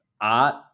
art